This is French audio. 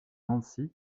nancy